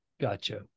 Gotcha